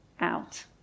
out